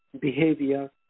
behavior